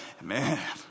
Man